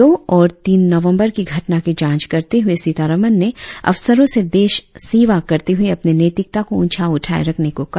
दो और तीन नवंबर की घटना की जांच करते हुए सीतारमण ने अफसरो से देश सेवा करते हुए अपने नैतिकता को ऊंचा उठाए रखने को कहा